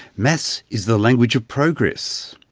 maths is the language of progress!